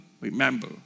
remember